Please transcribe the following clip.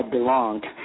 belonged